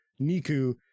Niku